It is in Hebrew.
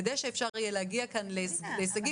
כדי שאפשר יהיה להגיע כאן להישגים,